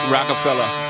Rockefeller